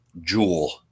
jewel